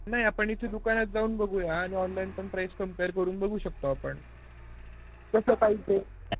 नाही आपण इथे दुकानात जाऊन बघूया आणि ऑनलाईन पण प्राईस कंपेर करून बघू शकतो आपण कसं पाहिजे